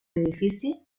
edifici